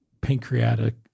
pancreatic